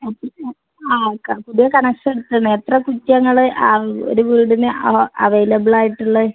ആ പുതിയ കണക്ഷൻ എടുത്തതാണ് എത്ര കുറ്റിയാണ് ഉള്ളത് ഒരു വീടിന് അവൈലബിൾ ആയിട്ടുള്ളത്